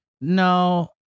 No